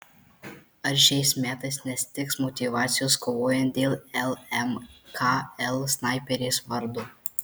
ar šiais metais nestigs motyvacijos kovojant dėl lmkl snaiperės vardo